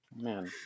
man